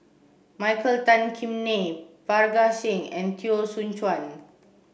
Michael Tan Kim Nei Parga Singh and Teo Soon Chuan